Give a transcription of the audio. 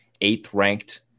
eighth-ranked